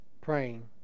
praying